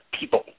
people